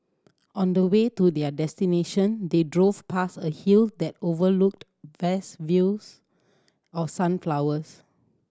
on the way to their destination they drove past a hill that overlooked vast fields of sunflowers